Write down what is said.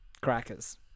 Crackers